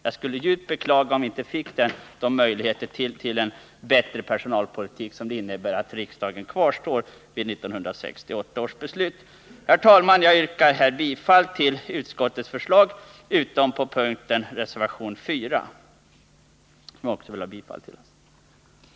Jag skulle djupt beklaga om vi inte fick de möjligheter till en bättre personalpolitik som det innebär att riksdagen håller fast vid 1978 års beslut. Herr talman! Jag yrkar här bifall till utskottets förslag utom i den del som omfattas av reservation 4, där jag yrkar bifall till reservationen.